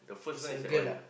is a girl ah